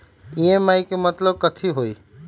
EMI के मतलब कथी होई?